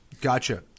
gotcha